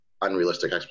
unrealistic